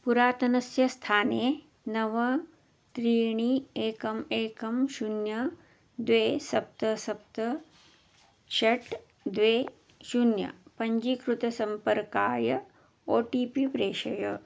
पुरातनस्य स्थाने नव त्रीणि एकम् एकं शून्यं द्वे सप्त सप्त षट् द्वे शून्यं पञ्जीकृतसम्पर्काय ओ टि पि प्रेषय